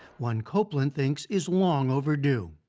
one copeland thinks is long overdue.